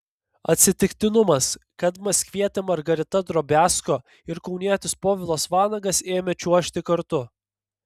atsitiktinumas kad maskvietė margarita drobiazko ir kaunietis povilas vanagas ėmė čiuožti kartu